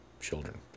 children